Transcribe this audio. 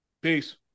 Peace